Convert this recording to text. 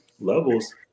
levels